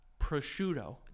Prosciutto